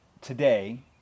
today